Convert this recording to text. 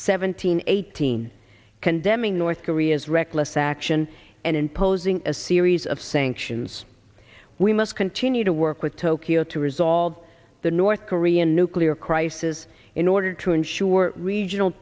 seventeen eighteen condemning north korea's reckless action and imposing a series of sanctions we must continue to work with tokyo to resolve the north korean nuclear crisis in order to ensure regional